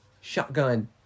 Shotgun